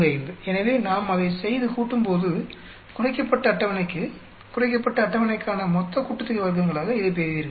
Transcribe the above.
45 எனவே நாம் அதைச் செய்து கூட்டும்போது குறைக்கப்பட்ட அட்டவணைக்கு குறைக்கப்பட்ட அட்டவணைக்கான மொத்த கூட்டுத்தொகை வர்க்கங்களாக இதைப் பெறுவீர்கள்